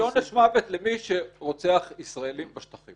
היא עונש מוות למי שרוצח ישראלים בשטחים.